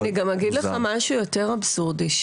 אני אגיד לך משהו יותר אבסורדי.